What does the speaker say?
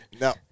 no